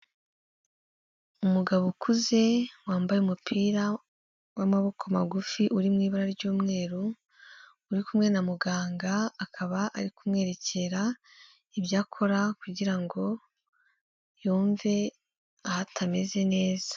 Umugabo ukuze wambaye umupira w'amaboko magufi uri mu ibara ry'umweru, uri kumwe na muganga akaba ari kumwerekera, ibyo akora kugira ngo yumve aho atameze neza.